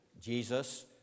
Jesus